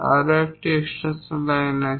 আরও একটি extension line আছে